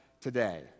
today